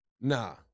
Nah